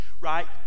right